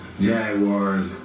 Jaguars